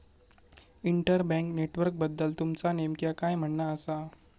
inter bank नेटवर्कबद्दल तुमचा नेमक्या काय म्हणना आसा